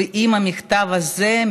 ועם המכתב הזה,